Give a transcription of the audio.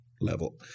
level